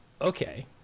Okay